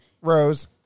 Rose